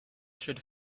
should